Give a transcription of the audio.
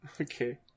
Okay